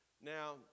Now